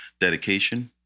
dedication